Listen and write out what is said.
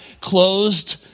closed